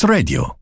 Radio